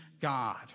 God